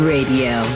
Radio